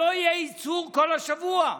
שלא יהיה ייצור כל השבוע,